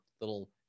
little